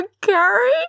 Carrie